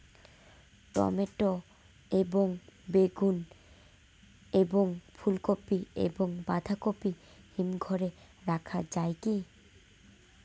Tomato এবং বেগুন এবং ফুলকপি এবং বাঁধাকপি হিমঘরে রাখা যায় কি?